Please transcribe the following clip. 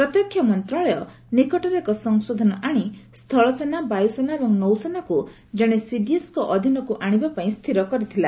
ପ୍ରତିରକ୍ଷା ମନ୍ତ୍ରଶାଳୟ ନିକଟରେ ଏକ ସଂଶୋଧନ ଆଶି ସ୍ଥଳ ସେନା ବାୟୁ ସେନା ଏବଂ ନୌସେନାକୁ ଜଣେ ସିଡିଏସ୍ଙ୍କ ଅଧୀନକୁ ଆଶିବା ପାଇଁ ସ୍ଥିର କରିଥିଲା